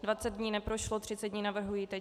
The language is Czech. Dvacet dní neprošlo, třicet dní navrhuji teď.